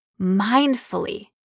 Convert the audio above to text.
mindfully